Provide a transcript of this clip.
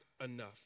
enough